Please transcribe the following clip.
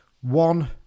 One